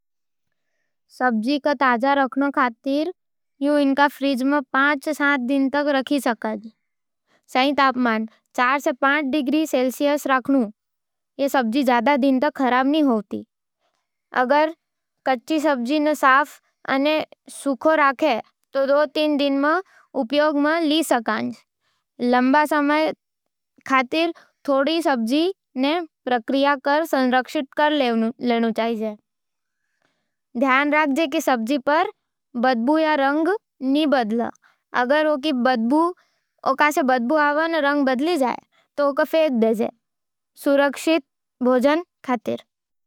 सब्जी ने ताजा राखण खातर, थूं इनका फ्रिज में पाँच से सात दिन तक रख सकेज। सही तापमान चार से पाँच डिग्री सेल्सियस राखण से सब्जी ज्यादा दिन तक खराब न होवे। अगर थूं कच्ची सब्जी ने साफ अने सूखा राखे, तो दो से तीन दिन में उपयोग में ली संकंज। लंबा समय खातर थोड़ो सब्जी ने प्रक्रिया कर संरक्षित कर लेवनू चाहिए। ध्यान राखजो कि सब्जी पर बदबू या रंग बदले, तो उका फेंक देवो, सुरक्षित भोजन खातिर।